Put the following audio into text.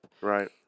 Right